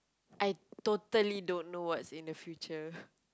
I totally don't know what's in the future